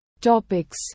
topics